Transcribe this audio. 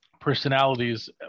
personalities